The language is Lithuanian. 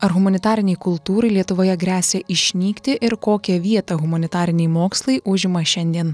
ar humanitarinei kultūrai lietuvoje gresia išnykti ir kokią vietą humanitariniai mokslai užima šiandien